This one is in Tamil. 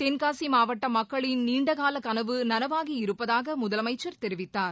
தென்காசி மாவட்ட மக்களின் நீண்டகால கனவு நனவாகியிருப்பதாக முதலமைச்சர் தெரிவித்தார்